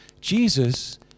Jesus